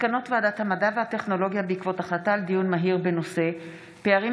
מסקנות ועדת המדע והטכנולוגיה בעקבות דיון מהיר בנושא: פערים